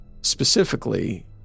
Specifically